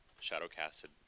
shadow-casted